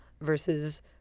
versus